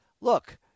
look –